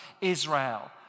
Israel